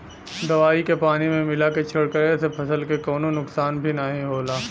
दवाई के पानी में मिला के छिड़कले से फसल के कवनो नुकसान भी नाहीं होला